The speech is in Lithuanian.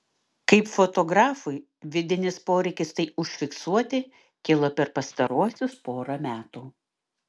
kaip fotografui vidinis poreikis tai užfiksuoti kilo per pastaruosius porą metų